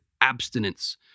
abstinence